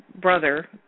brother